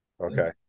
okay